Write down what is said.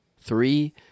three